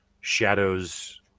Shadows